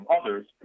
others